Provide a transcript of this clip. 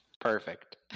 Perfect